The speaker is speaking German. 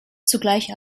zugleich